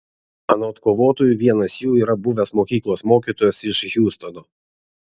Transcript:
anot kovotojų vienas jų yra buvęs mokyklos mokytojas iš hjustono